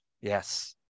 Yes